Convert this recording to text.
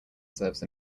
serves